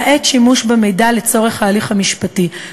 למעט שימוש במידע לצורך ההליך המשפטי,